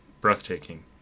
breathtaking